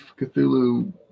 Cthulhu